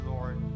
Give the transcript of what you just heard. Lord